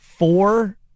Four